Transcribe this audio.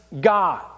God